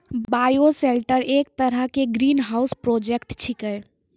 bioshelter एक तरह के ग्रीनहाउस प्रोजेक्ट छेकै